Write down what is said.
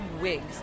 wigs